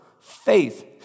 faith